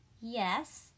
Yes